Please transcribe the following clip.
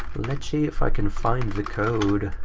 let's see if i can find the code.